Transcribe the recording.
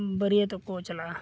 ᱵᱟᱹᱨᱭᱟᱹᱛᱚᱜ ᱠᱚ ᱪᱟᱞᱟᱜᱼᱟ